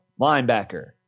Linebacker